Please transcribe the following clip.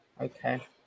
Okay